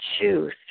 choose